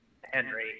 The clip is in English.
Henry